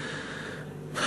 כנראה.